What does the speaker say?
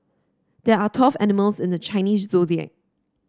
there are twelve animals in the Chinese Zodiac